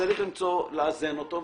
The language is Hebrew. צריך לאזן אותו,